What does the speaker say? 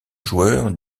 joueur